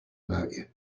about